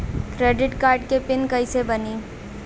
Credit card के PIN कैसे बनी?